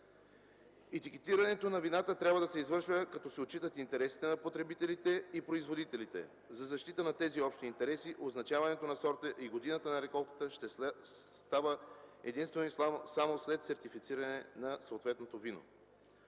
Етикетирането на вината трябва да се извършва като се отчитат интересите и на потребителите, и на производителите. За защита на тези общи интереси обозначаването на сорта и годината на реколтата ще става единствено и само след сертифициране на съответното вино.